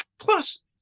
Plus